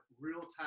real-time